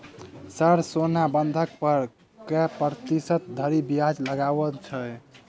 Sir सोना बंधक पर कऽ प्रतिशत धरि ब्याज लगाओल छैय?